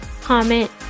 comment